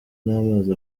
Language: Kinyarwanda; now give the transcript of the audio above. n’amazi